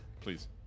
Please